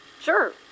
sure